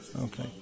Okay